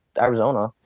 Arizona